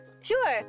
sure